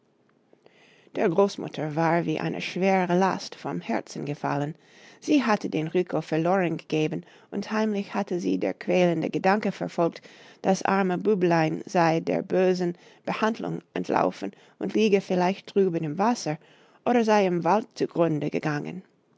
der großmutter war wie eine schwere last vom herzen gefallen sie hatte den rico verloren gegeben und heimlich hatte sie der quälende gedanke verfolgt das arme büblein sei der bösen behandlung entlaufen und liege vielleicht drüben im wasser oder sei im wald zugrunde gegangen